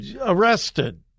arrested